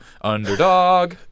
Underdog